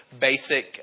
basic